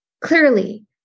clearly